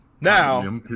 Now